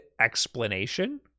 explanation